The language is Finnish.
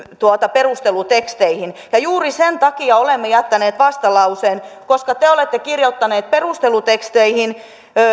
perusteluteksteihin ja juuri sen takia olemme jättäneet vastalauseen koska te te olette kirjoittaneet perusteluteksteihin